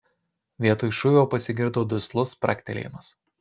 vietoj šūvio pasigirdo duslus spragtelėjimas